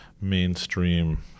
mainstream